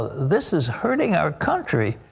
this is hurting our country.